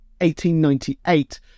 1898